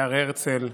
בהר הרצל.